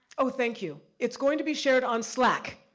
oh, thank you. it's going to be shared on slack,